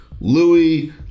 Louis